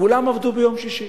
כולם עבדו ביום שישי,